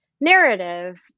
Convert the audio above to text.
narrative